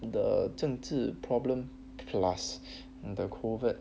the 政治 problem plus the COVID